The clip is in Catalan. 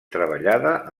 treballada